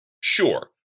Sure